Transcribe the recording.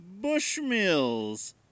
Bushmills